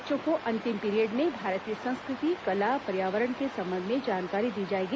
बच्चों को अंतिम पीरियड में भारतीय संस्कृति कला पर्यावरण के संबंध में जानकारी दी जाएगी